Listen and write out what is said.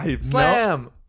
Slam